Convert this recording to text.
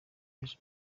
yaje